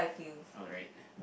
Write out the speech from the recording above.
alright